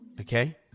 okay